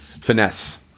finesse